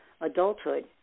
adulthood